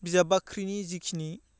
बिजाब बाख्रिनि जिखिनि